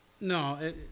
No